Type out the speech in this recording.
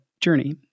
journey